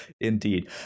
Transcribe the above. indeed